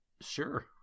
sure